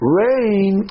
rain